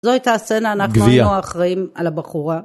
זו הייתה הסצנה, אנחנו היינו אחראים על הבחורה.